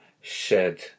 shed